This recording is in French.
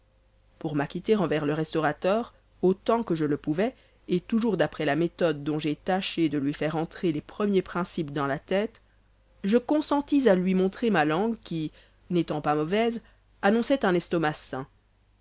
pour m'acquitter envers le restaurateur autant que je le pouvais et toujours d'après la méthode dont j'ai tâché de lui faire entrer les premiers principes dans la tête je consentis à lui montrer ma langue qui n'étant pas mauvaise annonçait un estomac sain